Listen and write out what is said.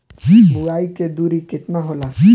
बुआई के दूरी केतना होला?